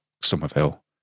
Somerville